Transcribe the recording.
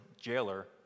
jailer